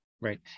Right